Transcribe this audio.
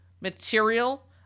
material